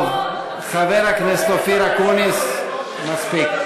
טוב, חבר הכנסת אופיר אקוניס, מספיק.